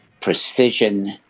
precision